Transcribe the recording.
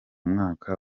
mwaka